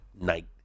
night